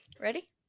Ready